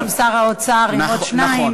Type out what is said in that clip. נמצא שם שר האוצר עם עוד שניים,